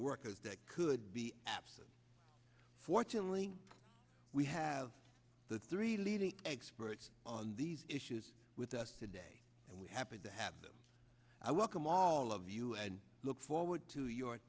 workers that could be absent fortunately we have the three leading experts on these issues with us today and we happen to have them i welcome all of you and i look forward to your